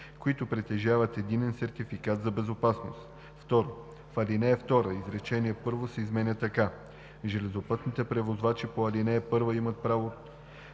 които притежават единен сертификат за безопасност“. 2. В ал. 2 изречение първо се изменя така: „Железопътните превозвачи по ал. 1 имат право